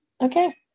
Okay